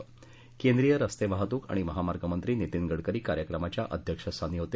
क्रेंद्रीय रस्ते वाहतूक आणि महामार्ग मंत्री नितीन गडकरी कार्यक्रमाच्या अध्यक्षस्थानी होते